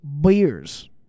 beers